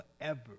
forever